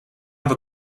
have